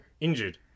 injured